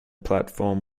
platform